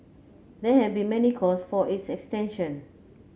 there have been many calls for its extension